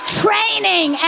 training